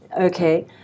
Okay